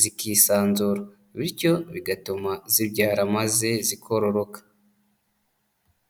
zikisanzura bityo bigatuma zibyara maze zikororoka.